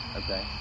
okay